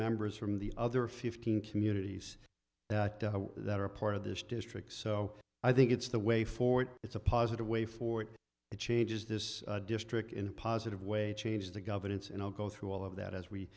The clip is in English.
members from the other fifteen communities that are part of this district so i think it's the way forward it's a positive way forward it changes this district in a positive way change the governance and i'll go through all of that as we